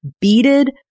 beaded